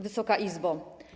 Wysoka Izbo!